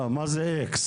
לא, מה זה אקס?